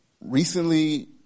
Recently